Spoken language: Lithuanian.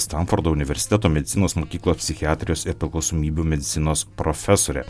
stanfordo universiteto medicinos mokyklos psichiatrijos ir priklausomybių medicinos profesorė